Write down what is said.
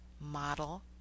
model